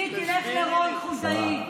מיקי, לך לרון חולדאי,